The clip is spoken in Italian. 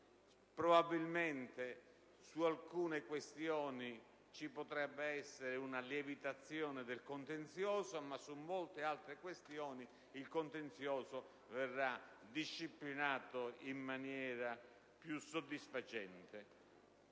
Probabilmente, su alcune questioni ci potrebbe essere una lievitazione del contenzioso, ma su molte altre il contenzioso verrà disciplinato in maniera più soddisfacente.